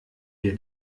wir